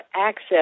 access